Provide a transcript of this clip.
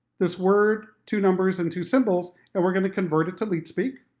this word, two numbers, and two symbols, and we're going to convert it to leet-speak.